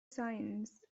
signs